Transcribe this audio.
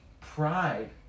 Pride